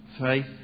faith